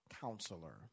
counselor